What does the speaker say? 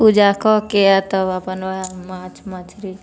पूजा कऽ के तब अपन वएह माछ मछरी